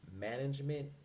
management